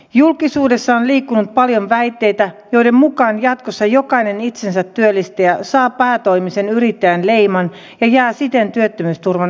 julkisuudessa on liikkunut paljon väitteitä joiden mukaan jatkossa jokainen itsensä työllistäjä saa päätoimisen yrittäjän leiman ja jää siten työttömyysturvan ulkopuolelle